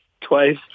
twice